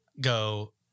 go